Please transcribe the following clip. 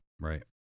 Right